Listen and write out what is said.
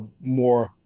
more